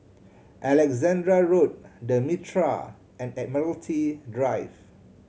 Alexandra Road The Mitraa and Admiralty Drive